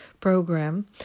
program